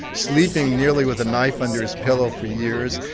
sleeping nearly with a knife under his pillow for years,